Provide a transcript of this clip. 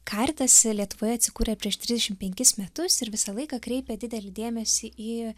karitas lietuvoje atsikūrė prieš trisdešimt penkis metus ir visą laiką kreipia didelį dėmesį į